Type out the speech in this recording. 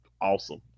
awesome